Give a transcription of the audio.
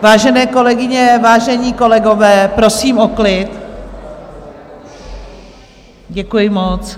Vážené kolegyně, vážení kolegové, prosím o klid, děkuji moc.